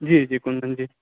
जी जी कुन्दनजी